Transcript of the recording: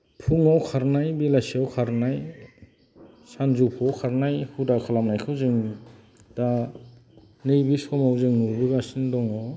फुंआव खारनाय बेलासियाव खारनाय सानजौफुआव खारनाय हुदा खालामनायखौ जों दा नैबे समाव जों नुबोगासिनो दङ